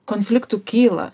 konfliktų kyla